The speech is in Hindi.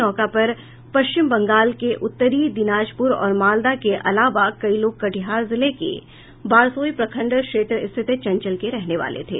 नौका पर पश्चिम बंगाल के उत्तरी दिनाजपुर और मालदा के अलावा कई लोग कटिहार जिले के बारसोई प्रखंड क्षेत्र स्थित चांचल के रहने वाले थे